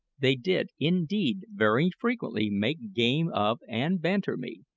they did, indeed, very frequently make game of and banter me,